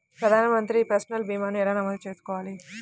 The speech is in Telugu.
ప్రధాన మంత్రి పసల్ భీమాను ఎలా నమోదు చేసుకోవాలి?